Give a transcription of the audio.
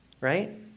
Right